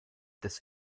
des